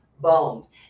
bones